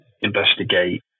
investigate